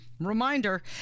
reminder